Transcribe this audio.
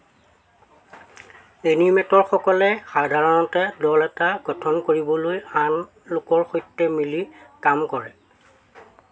এনিমেটৰসকলে সাধাৰণতে দল এটা গঠন কৰিবলৈ আন লোকৰ সৈতে মিলি কাম কৰে